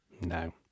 No